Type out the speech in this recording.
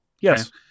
yes